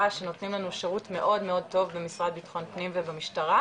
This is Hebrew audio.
שנותנים לנו שירות מאוד מאוד טוב במשרד לביטחון פנים ובמשטרה,